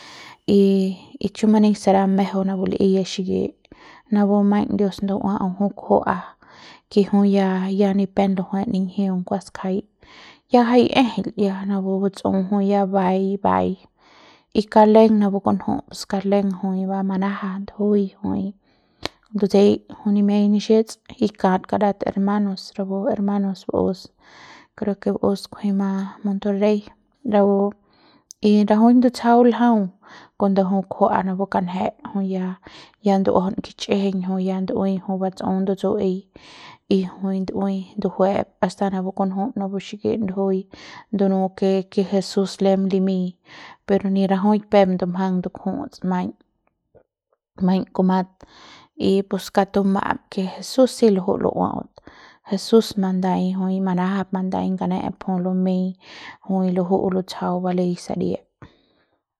y y chumani será mejeu napu l'i y ya xiki napu maiñ dios ndu'ua'au jui kujua'a ke jui ya ya ni pep lujuets ninjiung kua ngjai ya jai e'jeil ya napu batsu jui ya bai bai y kaung leng napu pus kauk leng jui, jui ba manaja ndujuiñ jui ndutseiñ jui nimia nixets y kat kadat hermanos rapu hermanos baus creo ke baus kunji ma monterrey rapu y rajuik ndutsjau ljau cuando jui kujua'a napu kanje jui ya ya ndu'uajaun kichjiñ jui ya ndu'ui jui batsu ndutsue'ei y jui ndu'uei ndujue'ep hasta napu kunju napu xiki ndujuiñ ndunu ke ke jesús lem limiñ pero ni rajui ni pep ndumjamg ndukju'uts maiñ maiñ kumat y pus kaung tuma'am ke jesús si luju'u lu'ua'aut jesús mandaiñ jui manajap mandai ngane'ep jui lumeiñ jui luju'u lutsjau balei saria.